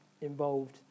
involved